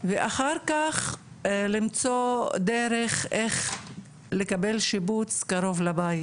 ואחר כך למצוא דרך איך לקבל שיבוץ קרוב לבית.